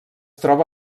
troba